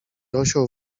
osioł